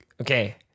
Okay